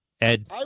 Ed